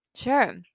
Sure